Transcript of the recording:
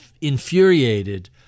infuriated